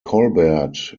colbert